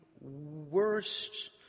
worst